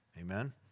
Amen